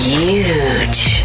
huge